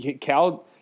Cal –